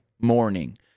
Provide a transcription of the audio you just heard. morning